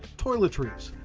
toiletries,